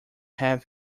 have